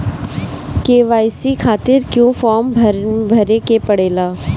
KYC खातिर क्यूं form भरे के पड़ेला?